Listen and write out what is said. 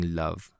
love